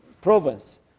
province